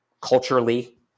culturally